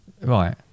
Right